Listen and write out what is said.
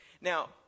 Now